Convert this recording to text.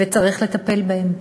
וצריך לטפל בהם.